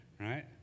Right